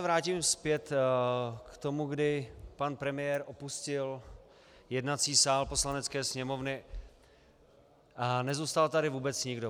Vrátím se zpět k tomu, kdy pan premiér opustil jednací sál Poslanecké sněmovny a nezůstal tady vůbec nikdo.